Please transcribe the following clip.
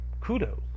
kudos